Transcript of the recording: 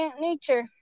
nature